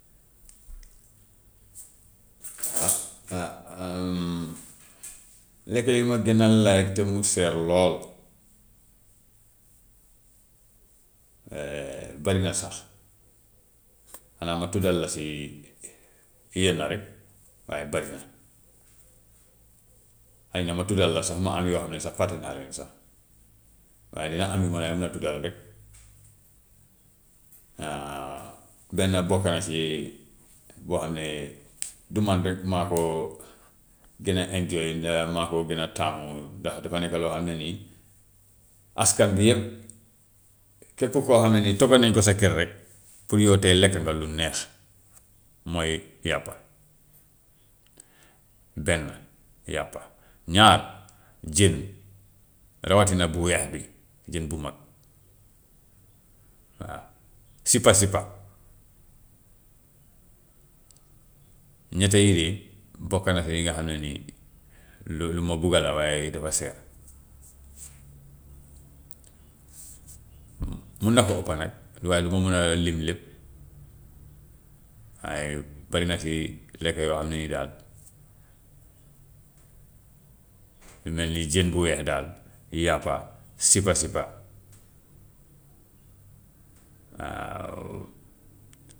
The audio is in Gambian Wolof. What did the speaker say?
lekk yi ma gën a like te mu seer lool bari na sax, xanaa ma tuddal la si yenn rek waaye bari na, xëy na ma tuddal la sax mu am yoo xam ne sax fàtte naa leen sax, waaye li nga xam ne moo laay mun a tuddal rek benn bokk na si boo xam ne du man rek maa ko gën a enjoy maa ko gën a taamu ndax dafa nekk loo xam ne nii askan bi yëpp képp koo xam ne ni togg nañu ko sa kër rek pour yow tey lekk nga lu neex, mooy yàppa, benn yàppa. Ñaar jën rawatina bu weex bi jën bu mag, waaw sipa-sipa. Ñett yii de bokk na si yi nga xam ne ni lu lu ma bugga la waaye dafa seer. mun na ko ëppa nag waaye du ma mun a lim lépp, waaye bari na si lekk yoo xam ne ni daal yu mel ni jën bu weex daal, yàppa sipa-sipa, waaw.